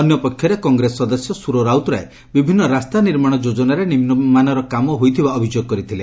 ଅନ୍ୟପକ୍ଷରେ କଂଗ୍ରେସ ସଦସ୍ୟ ସୁର ରାଉତରାୟ ବିଭିନ୍ତ ରାସ୍ତା ନିର୍ମାଣ ଯୋଜନାରେ ନିମୁମାନର କାମ ହୋଇଥିବା ଅଭିଯୋଗ କରିଥିଲେ